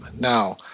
now